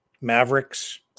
Mavericks